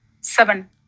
seven